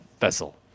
vessel